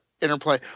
interplay